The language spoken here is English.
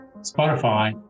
Spotify